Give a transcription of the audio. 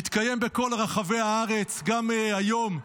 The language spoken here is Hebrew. הוא מתקיים בכל רחבי הארץ, גם היום,